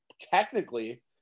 technically